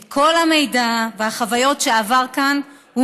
ואת כל המידע והחוויות שהוא עבר כאן הוא